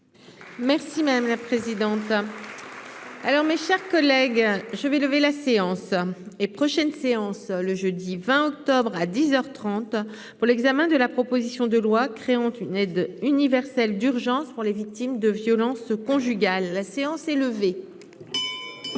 Merci madame la présidente. Alors, mes chers collègues, je vais lever la séance et prochaine séance, le jeudi 20 octobre à 10 heures 30 pour l'examen de la proposition de loi créant une aide universelle d'urgence pour les victimes de violences conjugales, la séance est levée.